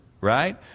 right